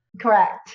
correct